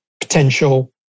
potential